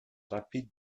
rapide